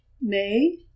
May